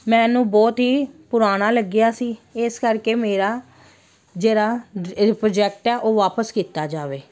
ਮੈਨੂੰ ਬਹੁਤ ਹੀ ਪੁਰਾਣਾ ਲੱਗਿਆ ਸੀ ਇਸ ਕਰਕੇ ਮੇਰਾ ਜਿਹੜਾ ਇਹ ਪ੍ਰੋਜੈਕਟ ਆ ਉਹ ਵਾਪਸ ਕੀਤਾ ਜਾਵੇ